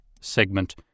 segment